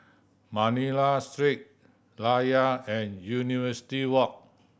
Manila Street Layar and University Walk